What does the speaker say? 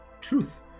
truth